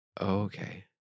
okay